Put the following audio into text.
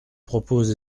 propose